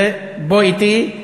בוא אתי.